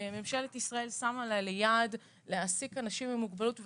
ממשלת ישראל שמה לה ליעד להעסיק אנשים עם מוגבלות.